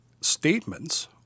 statements